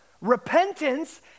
repentance